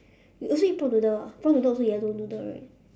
you also eat prawn noodle ah prawn noodle also yellow noodle right